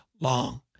long